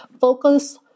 focus